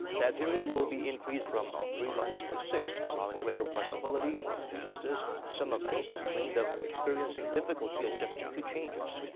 that period will be increased from three months to six, allowing greater flexibility for businesses, some of whom complained of experiencing difficulty adjusting to changes.